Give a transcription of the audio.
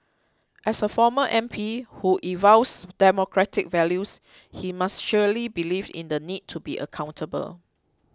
as a former M P who espoused democratic values he must surely believe in the need to be accountable